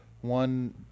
one